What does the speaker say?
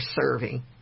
serving